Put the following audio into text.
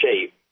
shape